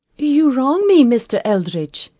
you wrong me, mr. eldridge,